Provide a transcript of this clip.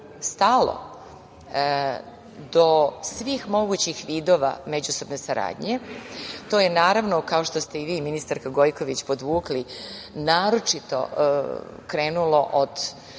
stalo do svih mogućih vidova međusobne saradnje. To je naravno, kao što ste i vi, ministarka Gojković, podvukli, naročito krenulo od